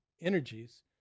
energies